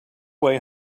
way